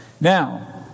Now